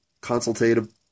consultative